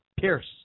Pierce